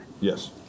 Yes